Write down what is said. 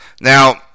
Now